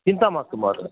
चिन्ता मास्तु महोदया